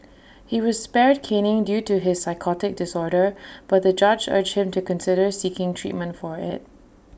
he was spared caning due to his psychotic disorder but the judge urged him to consider seeking treatment for IT